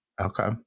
Okay